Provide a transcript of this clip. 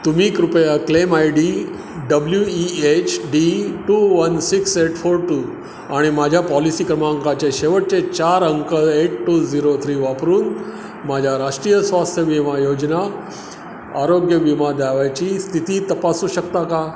तुम्ही कृपया claim I D W E H D two one six eight four two आणि माझ्या policy क्रमांकाचे शेवटचे चार अंक एट टू झिरो थ्री वापरून माझ्या राष्ट्रीय स्वास्थ्य विमा योजना आरोग्य विमा दाव्याची स्थिती तपासू शकता का